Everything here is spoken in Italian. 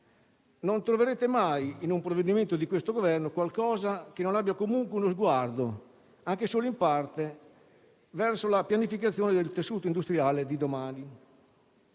Non troverete mai, in un provvedimento di questo Governo, qualcosa che non abbia comunque uno sguardo, anche solo in parte, verso la pianificazione del tessuto industriale di domani.